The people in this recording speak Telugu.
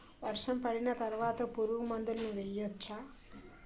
వర్షం పడిన తర్వాత పురుగు మందులను వేయచ్చా?